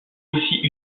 aussi